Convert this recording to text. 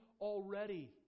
already